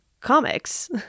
comics